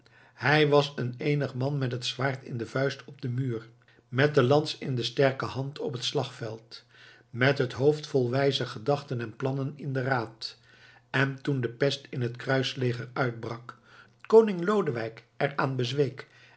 hij was een eenig man met het zwaard in de vuist op den muur met de lans in de sterke hand op het slagveld met een hoofd vol wijze gedachten en plannen in den raad en toen de pest in het kruisleger uitbrak koning lodewijk er aan bezweek